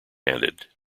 handed